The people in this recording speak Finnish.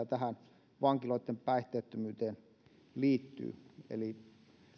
tähän vankiloitten päihteettömyyteen liittyy eli